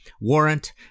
Warrant